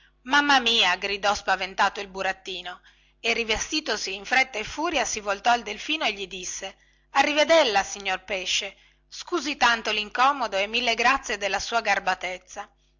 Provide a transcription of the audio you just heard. mamma mia gridò spaventato il burattino e rivestitosi in fretta e furia si voltò al delfino e gli disse arrivedella signor pesce scusi tanto lincomodo e mille grazie della sua garbatezza